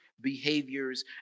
behaviors